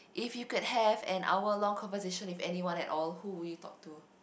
if you could have an hour long conversation with anyone at all who will you talk to